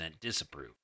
disapprove